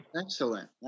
Excellent